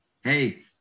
Hey